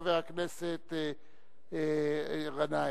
חבר הכנסת גנאים.